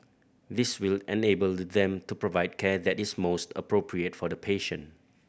this will enable them to provide care that is most appropriate for the patient